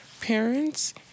parents